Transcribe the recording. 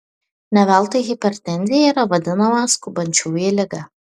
ne veltui hipertenzija yra vadinama skubančiųjų liga